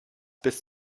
bis